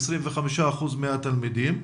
25% מהתלמידים,